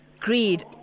Greed